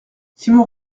simon